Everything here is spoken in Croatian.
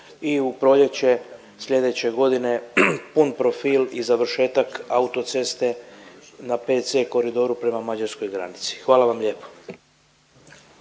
i u proljeće sljedeće godine pun profil i završetak autoceste na VC koridoru prema mađarskoj granici. Hvala vam lijepo.